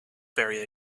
very